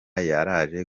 yaraje